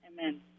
Amen